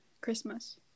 Christmas